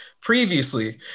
previously